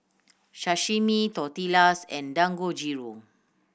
Sashimi Tortillas and Dangojiru